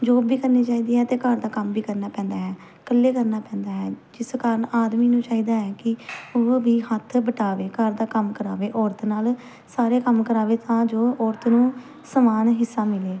job ਵੀ ਕਰਨੀ ਚਾਹੀਦੀ ਹੈ ਅਤੇ ਘਰ ਦਾ ਕੰਮ ਵੀ ਕਰਨਾ ਪੈਂਦਾ ਹੈ ਇਕੱਲੇ ਕਰਨਾ ਪੈਂਦਾ ਹੈ ਜਿਸ ਕਾਰਨ ਆਦਮੀ ਨੂੰ ਚਾਹੀਦਾ ਹੈ ਕਿ ਉਹ ਵੀ ਹੱਥ ਵਟਾਵੇ ਘਰ ਦਾ ਕੰਮ ਕਰਾਵੇ ਔਰਤ ਨਾਲ ਸਾਰੇ ਕੰਮ ਕਰਾਵੇ ਤਾਂ ਜੋ ਔਰਤ ਨੂੰ ਸਮਾਨ ਹਿੱਸਾ ਮਿਲੇ